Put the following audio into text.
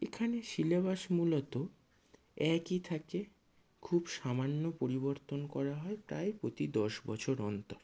এখানে সিলেবাস মূলত একই থাকে খুব সামান্য পরিবর্তন করা হয় প্রায় প্রতি দশ বছর অন্তর